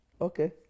Okay